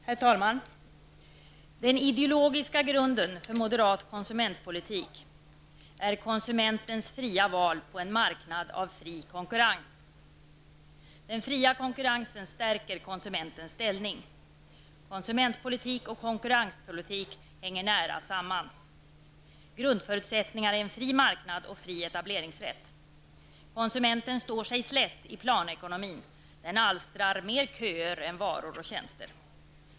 Herr talman! Den ideologiska grunden för moderat konsumentpolitik är konsumentens fria val på en marknad av fri konkurrens. Den fria konkurrensen stärker konsumentens ställning. Konsumentpolitik och konkurrenspolitik hänger nära samman. Grundförutsättningar är en fri marknad och fri etableringsrätt. Konsumenten står sig slätt i planekonomin. Denna alstrar mer köer än varor och tjänster.